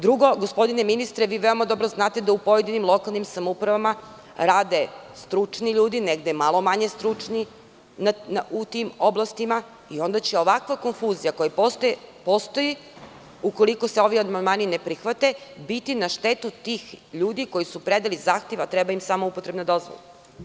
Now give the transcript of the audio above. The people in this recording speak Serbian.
Drugo, gospodine ministre, vi veoma dobro zante da u pojedinim lokalnim samouprava rade stručni ljudi, a negde malo manje stručni u tim oblastima, tako da će onda ovakva konfuzija koja postoji, ukoliko se ovi amandmani ne prihvate, biti na štetu tih ljudi koji su predali zahtev, a treba im samo upotrebna dozvola.